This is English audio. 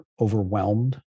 overwhelmed